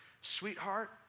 sweetheart